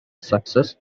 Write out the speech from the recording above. success